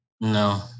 No